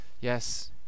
Yes